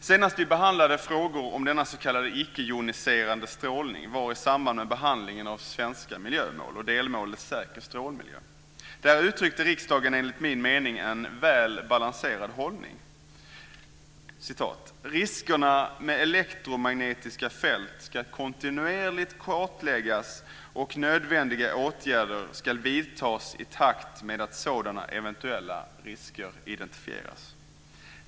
Senast vi behandlade frågor om denna s.k. icke joniserande strålning var i samband med behandlingen av betänkandet om svenska miljömål och delmålet säker strålmiljö. Där uttryckte riksdagen enligt min mening en väl balanserad hållning. Man skriver så här: "Riskerna med elektromagnetiska fält skall kontinuerligt kartläggas och nödvändiga åtgärder skall vidtas i takt med att sådana eventuella risker identifieras."